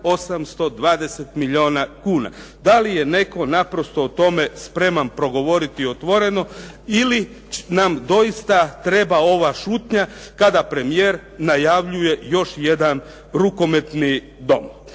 820 milijuna kuna. Da li je netko naprosto o tome spreman progovoriti otvoreno ili nam doista treba ova šutnja kada premijer najavljuje još jedan rukometni dom.